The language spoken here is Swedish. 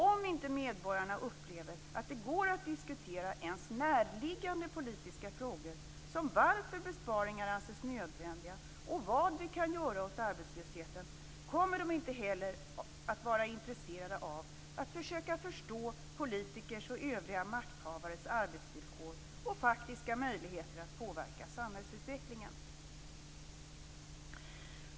Om inte medborgarna upplever att det går att diskutera ens närliggande politiska frågor, som varför besparingar anses nödvändiga och vad vi kan göra åt arbetslösheten, kommer de inte heller att vara intresserade av att försöka förstå politikers och övriga makthavares arbetsvillkor och faktiska möjligheter att påverka samhällsutvecklingen.